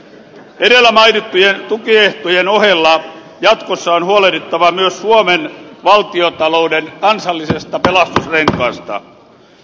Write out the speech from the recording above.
edellä mainittujen tukiehtojen ohella jatkossa on huolehdittava myös suomen valtiontalouden kansallisesta pelastusrenkaasta